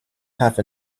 half